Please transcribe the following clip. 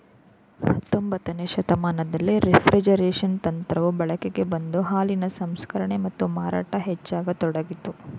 ಹತೊಂಬತ್ತನೇ ಶತಮಾನದಲ್ಲಿ ರೆಫ್ರಿಜರೇಷನ್ ತಂತ್ರವು ಬಳಕೆಗೆ ಬಂದು ಹಾಲಿನ ಸಂಸ್ಕರಣೆ ಮತ್ತು ಮಾರಾಟ ಹೆಚ್ಚಾಗತೊಡಗಿತು